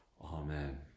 Amen